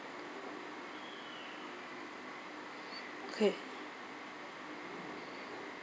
okay